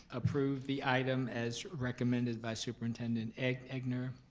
approve the item as recommended by superintendent egnor.